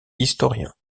historien